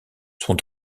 sont